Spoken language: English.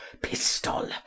pistol